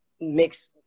mix